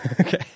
Okay